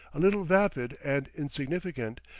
a little vapid and insignificant,